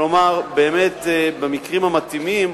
כלומר באמת במקרים המתאימים,